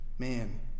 man